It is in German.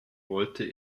wollte